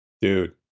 Dude